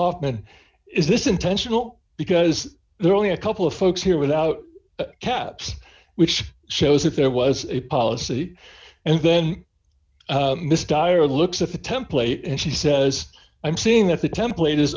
hoffman is this intentional because there are only a couple of folks here without caps which shows that there was a policy and then miss dyer looks at the template and she says i'm seeing that the template is